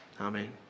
Amen